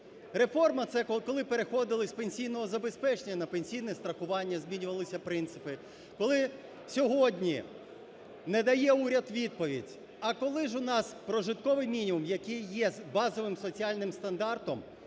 Реформа – це коли переходили з пенсійного забезпечення на пенсійне страхування, змінювалися принципи. Коли сьогодні не дає уряд відповідь, а коли ж у нас прожитковий мінімум, який є базовим соціальним стандартом,